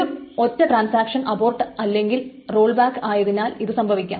ഒരു ഒറ്റ transaction abort അല്ലെങ്കിൽ റോൾ ബാക്ക് ആയതിനാൽ ഇതു സംഭവിക്കും